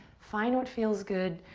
find what feels good.